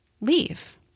leave